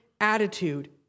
attitude